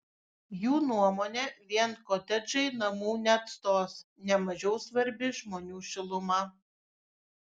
jų nuomone vien kotedžai namų neatstos ne mažiau svarbi žmonių šiluma